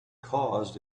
caused